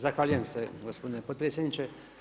Zahvaljujem se gospodine potpredsjedniče.